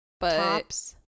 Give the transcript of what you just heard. tops